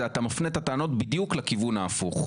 אתה מפנה את הטענות בדיוק לכיוון ההפוך.